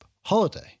holiday